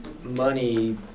Money